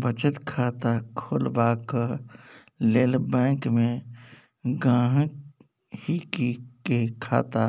बचत खाता खोलबाक लेल बैंक मे गांहिकी केँ खाता